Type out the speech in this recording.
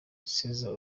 cassa